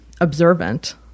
observant